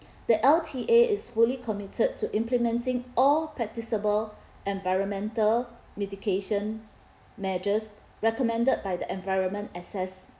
the L_T_A is fully committed to implementing all practicable environmental mitigation measures recommended by the environment access